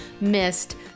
missed